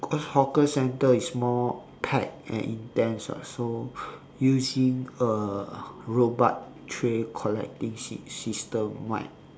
because hawker centre is more tight and intense ah so using a robot tray collect thing sys~ system might